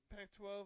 Pac-12